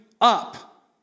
up